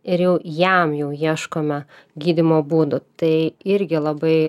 ir jau jam jau ieškome gydymo būdų tai irgi labai